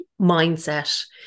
mindset